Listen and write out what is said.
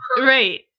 Right